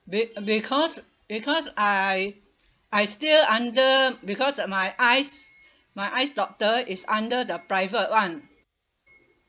be~ because because I I still under because my eyes my eyes doctor is under the private [one]